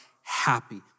happy